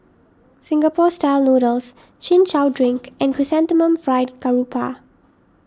Singapore Style Noodles Chin Chow Drink and Chrysanthemum Fried Garoupa